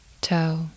toe